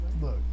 Look